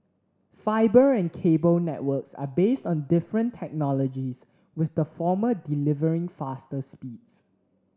fibre and cable networks are based on different technologies with the former delivering faster speeds